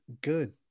good